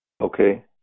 Okay